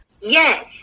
Yes